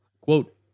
quote